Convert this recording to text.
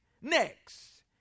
Next